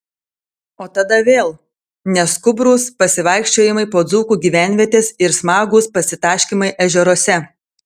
o tada vėl neskubrūs pasivaikščiojimai po dzūkų gyvenvietes ir smagūs pasitaškymai ežeruose